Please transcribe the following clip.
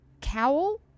cowl